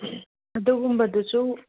ꯑꯗꯨꯒꯨꯝꯕꯗꯨꯁꯨ